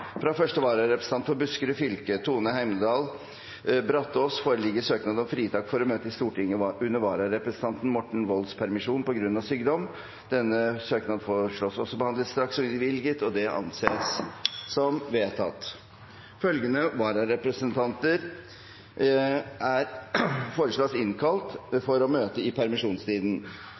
Fra første vararepresentant for Buskerud fylke, Tone Heimdal Brataas , foreligger søknad om fritak for å møte i Stortinget under representanten Morten Wolds permisjon, på grunn av sykdom. Etter forslag fra presidenten ble enstemmig besluttet: Søknaden behandles straks og innvilges. Følgende vararepresentanter innkalles for å møte i permisjonstiden: